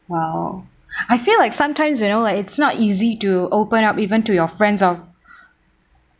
!wow! I feel like sometimes you know like it's not easy to open up even to your friends or